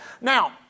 Now